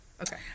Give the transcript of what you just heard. Okay